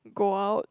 go out